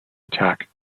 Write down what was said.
attack